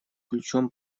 ключом